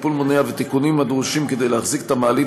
טיפול מונע ותיקונים הדרושים כדי להחזיק את המעלית